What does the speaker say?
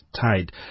tied